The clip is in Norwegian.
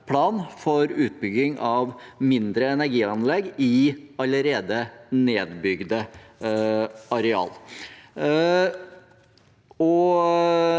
plan for utbygging av mindre energianlegg i allerede nedbygde arealer.